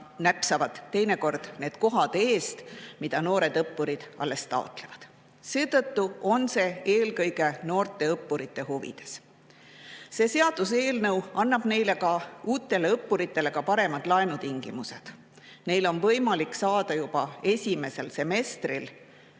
napsavad teinekord ära need kohad, mida noored õppurid alles taotlevad. Seetõttu on see [muudatus] eelkõige noorte õppurite huvides. See seaduseelnõu annab uutele õppuritele ka paremad laenutingimused. Neil on võimalik saada juba esimesel semestril